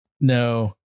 No